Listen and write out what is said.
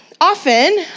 Often